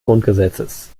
grundgesetzes